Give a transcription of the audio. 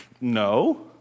No